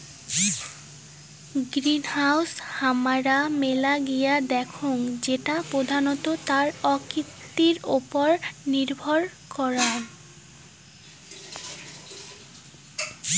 greenhouse হামারা মেলা গিলা দেখঙ যেটা প্রধানত তার আকৃতির ওপর নির্ভর করাং